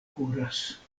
kuras